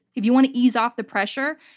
if you want to ease off the pressure,